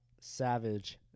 savage